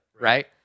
right